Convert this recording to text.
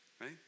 Right